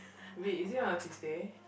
wait is it on a Tuesday